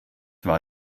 war